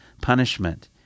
punishment